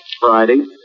Friday